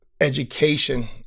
education